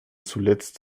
zuletzt